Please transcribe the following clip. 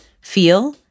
feel